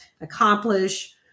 accomplish